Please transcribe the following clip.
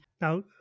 Now